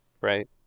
right